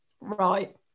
right